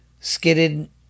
skidded